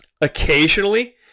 occasionally